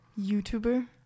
youtuber